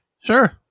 Sure